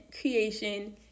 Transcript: creation